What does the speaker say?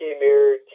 Mirror